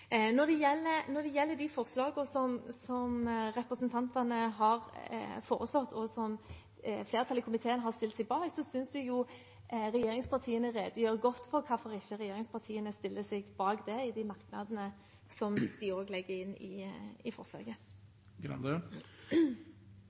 Når det gjelder forslagene fra representantene som flertallet i komiteen har stilt seg bak, synes jeg regjeringspartiene redegjør godt for hvorfor de ikke stiller seg bak dem i de merknadene som de